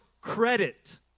credit